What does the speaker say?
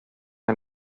del